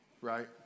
right